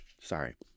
sorry